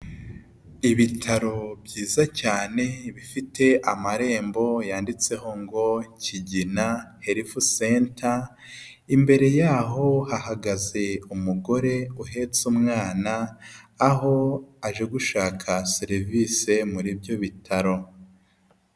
Ibitaro byiza cyane bifite amarembo yanditseho ngo kigina herifu senta imbere yaho hahagaze umugore uhetse umwana aho aje gushaka serivisi muri ibyo bitaro.